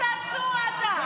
איזה מין ימני צעצוע אתה?